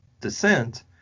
descent